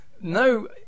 no